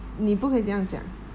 你不可以这样讲